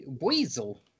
weasel